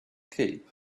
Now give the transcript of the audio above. cape